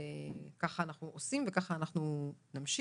ככה אנחנו עושים וככה אנחנו נמשיך.